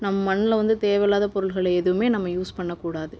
நம் மண்ணில் வந்து தேவையில்லாத பொருள்கள் எதுவுமே நம்ம யூஸ் பண்ணக்கூடாது